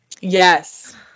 Yes